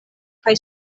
kaj